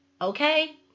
Okay